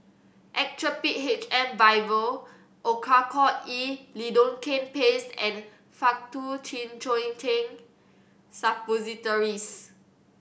Actrapid H M Vial Oracort E Lidocaine Paste and Faktu Cinchocaine Suppositories